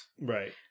Right